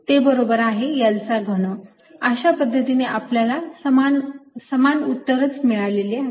ते बरोबर आहे L चा घन अशा पद्धतीने आपल्याला समान उत्तरच मिळालेले आहे